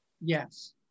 Yes